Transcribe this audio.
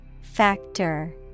Factor